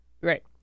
Right